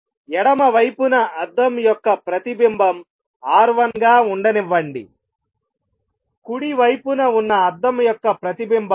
ఎడమ వైపున అద్దం యొక్క ప్రతిబింబం R1 గా ఉండనివ్వండి కుడి వైపున ఉన్న అద్దం యొక్క ప్రతిబింబం R2